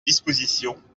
disposition